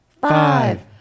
five